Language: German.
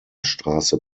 straße